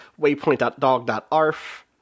waypoint.dog.arf